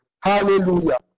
Hallelujah